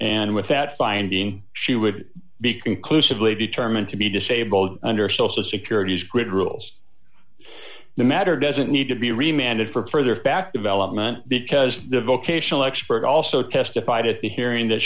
and with that finding she would be conclusively determined to be disabled under social security's grid rules the matter doesn't need to be reminded for a further fact development because the vocational expert also testified at the hearing that